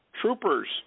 Troopers